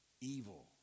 Evil